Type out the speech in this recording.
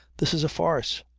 this is a farce.